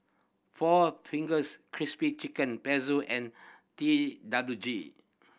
Four Fingers Crispy Chicken Pezzo and T W G